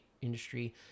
industry